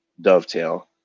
dovetail